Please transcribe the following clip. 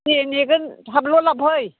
दे नेगोन थाबल' लांफै